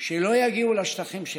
שלא יגיעו לשטחים שלהם.